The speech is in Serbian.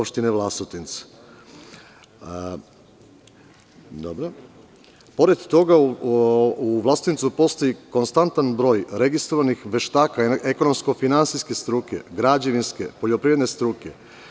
Pored toga, u Vlasotincu postoji konstantan broj registrovanih veštaka ekonomsko-finansijske struke, građevinske, poljoprivredne struke.